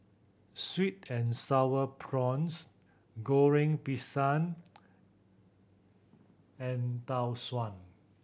sweet and Sour Prawns Goreng Pisang and Tau Suan